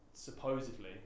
Supposedly